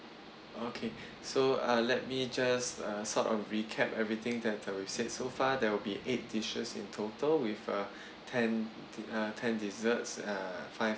okay so uh let me just uh sort of recap everything that we've said so far there will be eight dishes in total with a ten uh ten desserts uh five